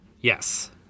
yes